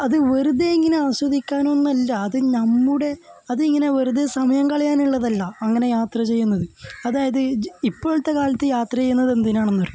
അത് വെറുതെ ഇങ്ങനെ ആസ്വദിക്കാന്നുമന്നല്ല അത് നമ്മുടെ അത് ഇങ്ങനെ വെറുതെ സമയം കളയാനുള്ളതല്ല അങ്ങനെ യാത്ര ചെയ്യുന്നത് അതായത് ഇപ്പോഴത്തെ കാലത്തെ യാത്ര ചെയ്യുന്നത് എന്തിനാണെന്നു അറിയുമോ